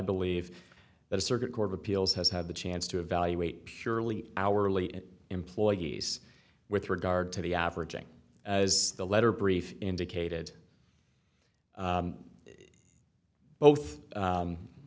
believe that a circuit court of appeals has had the chance to evaluate purely hourly employees with regard to the averaging as the letter brief indicated both